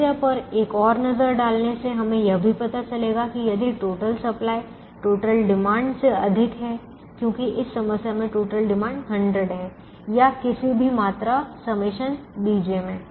समस्या पर एक और नज़र डालने से हमें यह भी पता चलेगा कि यदि टोटल सप्लाई टोटल डिमांड से अधिक है क्योंकि इस समस्या में टोटल डिमांड 100 है या किसी भी मात्रा ∑ bj में